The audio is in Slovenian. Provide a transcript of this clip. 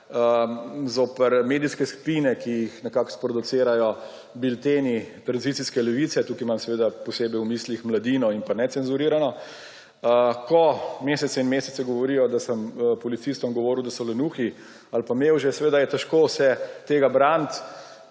zoper medijske spine, ki jih nekako sproducirajo bilteni tranzicijske levice, tukaj imam seveda posebej v mislih Mladino in pa Necenzurirano, ko mesece in mesece govorijo, da sem policistom govoril, da so lenuhi ali pa mevže, seveda se je težko tega braniti